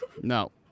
No